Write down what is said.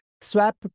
swap